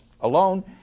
alone